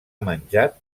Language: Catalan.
menjat